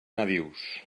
nadius